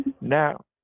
Now